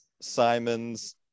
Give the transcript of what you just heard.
Simons